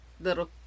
little